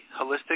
holistic